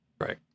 Right